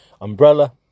umbrella